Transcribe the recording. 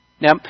Now